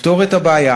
לפתור את הבעיה,